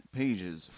pages